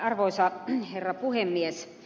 arvoisa herra puhemies